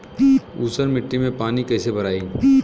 ऊसर मिट्टी में पानी कईसे भराई?